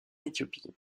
éthiopie